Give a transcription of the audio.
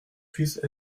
puissent